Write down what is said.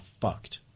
fucked